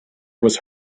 was